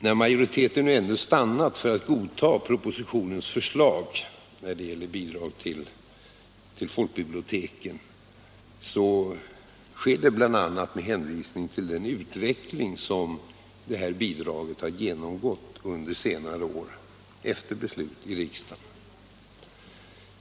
När majoriteten nu ändå stannat för att godta propositionens förslag då det gäller bidrag till folkbiblioteken sker det bl.a. med hänvisning till den utveckling som detta bidrag har genomgått under senare år efter 59 beslut i riksdagen.